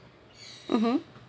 mmhmm